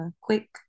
quick